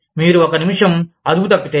మీరు ఒక నిమిషం అదుపు తప్పితే